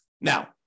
Now